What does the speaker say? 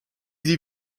sie